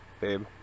babe